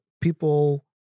people